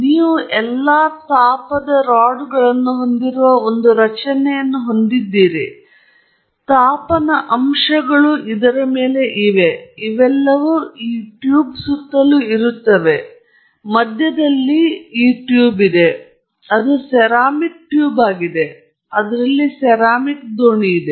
ನೀವು ಎಲ್ಲಾ ತಾಪನ ರಾಡ್ಗಳನ್ನು ಹೊಂದಿರುವ ಒಂದು ರಚನೆಯನ್ನು ಹೊಂದಿದ್ದೀರಿ ತಾಪನ ಅಂಶಗಳು ಇದರ ಮೇಲೆ ಇವೆ ಇವೆಲ್ಲವೂ ಈ ಟ್ಯೂಬ್ ಸುತ್ತಲೂ ಇರುತ್ತವೆ ಮಧ್ಯದಲ್ಲಿ ಈ ಟ್ಯೂಬ್ ಇದೆ ಅದು ಸೆರಾಮಿಕ್ ಟ್ಯೂಬ್ ಆಗಿದೆ ಮತ್ತು ಅದರಲ್ಲಿ ಸೆರಾಮಿಕ್ ದೋಣಿ ಇದೆ